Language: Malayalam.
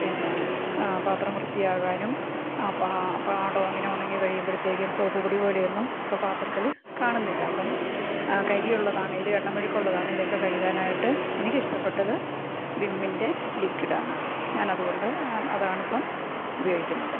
പിന്നെ ആ പാത്രം വൃത്തിയാകാനും പാടം അങ്ങനെ ഉണങ്ങി കഴിയുമ്പോഴത്തേക്കും സോപ്പുപൊടി പോലെയൊന്നും ഇപ്പം പാത്രത്തിൽ കാണുന്നില്ല അപ്പം കരിയുള്ളതാണെങ്കിലും എണ്ണമെഴുക്കുള്ളതാണെങ്കിലും ഒക്കെ കഴുകാനായിട്ട് എനിക്കിഷ്ടപ്പെട്ടത് വിമ്മിൻ്റെ ലിക്വിഡാണ് ഞാനതു കൊണ്ട് അതാണിപ്പം ഉപയോഗിക്കുന്നത്